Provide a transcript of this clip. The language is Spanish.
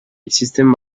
existen